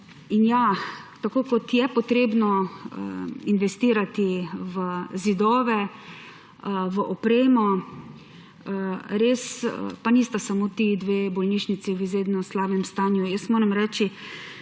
Ja, kot je treba investirati v zidove, v opremo; res pa nista samo ti dve bolnišnici v izredno slabem stanju. Moram reči,